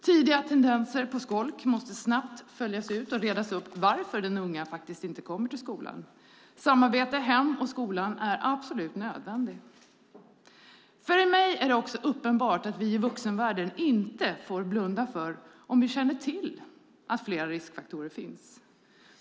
Tidiga tendenser till skolk måste snabbt följas upp och redas ut för att få veta varför den unga faktiskt inte kommer till skolan. Samarbetet mellan hem och skola är absolut nödvändigt. För mig är det också uppenbart att vi i vuxenvärlden inte får blunda för om vi känner till att fler riskfaktorer finns.